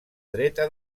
dreta